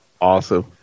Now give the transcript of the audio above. awesome